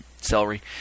celery